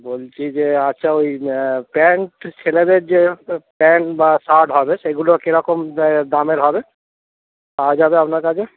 বলছি যে আচ্ছা ওই প্যান্ট ছেলেদের যে প্যান্ট বা শার্ট হবে সেগুলো কীরকম দা দামের হবে পাওয়া যাবে আপনার কাছে